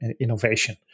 innovation